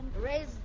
Raise